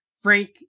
Frank